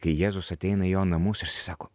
kai jėzus ateina į jo namus ir jisai sako